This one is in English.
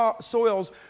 soils